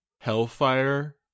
Hellfire